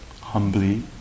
humbly